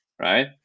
right